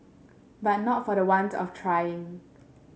but not for the want of trying